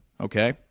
Okay